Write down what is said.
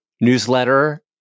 newsletter